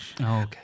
okay